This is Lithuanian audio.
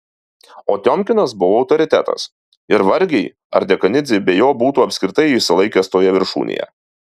o tiomkinas buvo autoritetas ir vargiai ar dekanidzė be jo būtų apskritai išsilaikęs toje viršūnėje